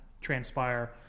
transpire